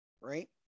right